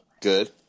Good